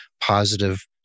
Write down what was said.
positive